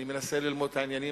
אני מנסה ללמוד את העניינים,